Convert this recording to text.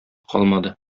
калмады